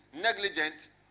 negligent